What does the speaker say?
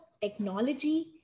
technology